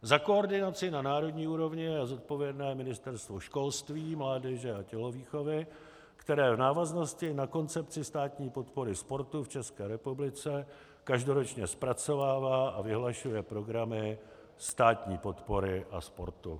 Za koordinaci na národní úrovni je zodpovědné Ministerstvo školství, mládeže a tělovýchovy, které v návaznosti na koncepci státní podpory sportu v České republice každoročně zpracovává a vyhlašuje programy státní podpory a sportu.